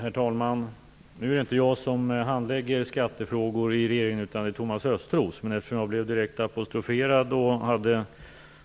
Herr talman! Nu är det inte jag som handlägger skattefrågor i regeringen, utan det gör Thomas Östros. Eftersom jag blev direkt apostroferad och hade